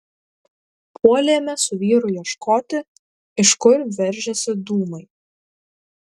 puolėme su vyru ieškoti iš kur veržiasi dūmai